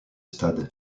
stade